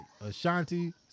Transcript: Ashanti